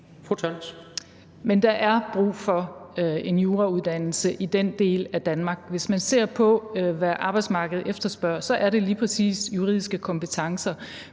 der er brug for en jurauddannelse i den del af Danmark. Hvis man ser på, hvad arbejdsmarkedet efterspørger, så er det lige præcis juridiske kompetencer.